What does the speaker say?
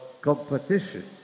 competition